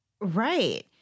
Right